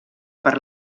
per